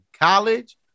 college